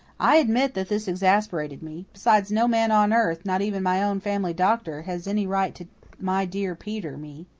i admit that this exasperated me. besides, no man on earth, not even my own family doctor, has any right to my dear peter me!